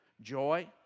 Joy